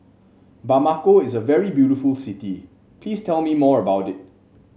Bamako is a very beautiful city please tell me more about it